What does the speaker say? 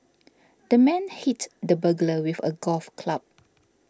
the man hit the burglar with a golf club